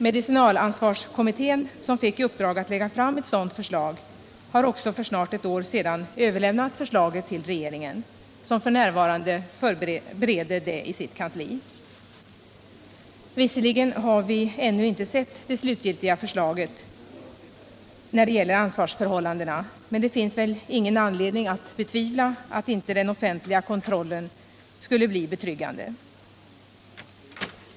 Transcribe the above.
Medicinalansvarskommittén, som fick i uppdrag att lägga fram ett sådant förslag, har också för snart ett år sedan överlämnat sitt förslag till regeringen, som f.n. 83 bereder det i sitt kansli. Visserligen har vi ännu inte sett det slutgiltiga förslaget när det gäller ansvarsförhållandena, men det finns väl ingen anledning att betvivla att den offentliga kontrollen skulle bli betryggande.